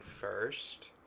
first